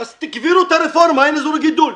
אז תקברו את הרפורמה, אין אזורי גידול.